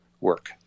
work